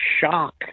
shock